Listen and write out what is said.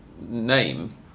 name